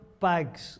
bags